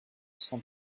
cent